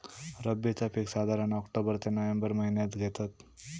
रब्बीचा पीक साधारण ऑक्टोबर ते नोव्हेंबर महिन्यात घेतत